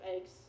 eggs